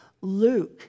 Luke